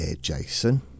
Jason